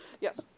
yes